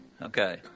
Okay